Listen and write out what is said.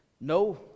No